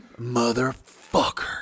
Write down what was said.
motherfucker